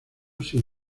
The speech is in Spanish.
sin